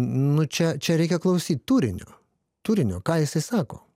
nu čia čia reikia klausyt turinio turinio ką jisai sako